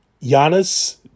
Giannis